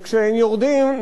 וכשהם יורדים,